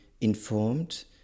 informed